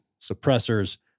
suppressors